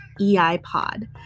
eipod